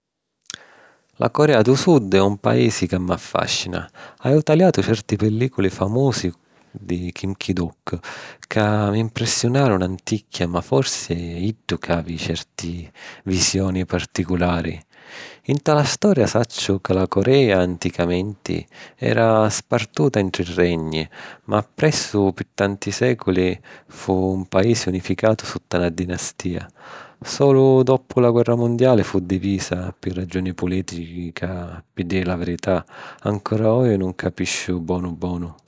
La Corea dû Sud è un paisi ca m'affàscina. Haju taliatu certi pellìculi famusi di Kim Ki-duk ca mi mprissiunaru nanticchia, ma forsi è iddu ca havi certi visioni particulari. Nta la storia, sacciu ca la Corea, anticamenti, era spartuta in tri regni, ma appressu pi tanti sèculi fu un paisi unificatu sutta na dinastìa. Sulu doppu la guerra mundiali fu divisa, pi ràgiuni pulìtichi ca, pi diri la verità, ancora oji nun capisciu bonu bonu.